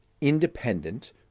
independent